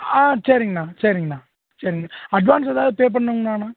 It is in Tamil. ஆ சரிங்ண்ணா சரிங்ண்ணா சரிங்க அட்வான்ஸ் ஏதாவது பே பண்ணுங்ளாண்ணா